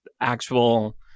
actual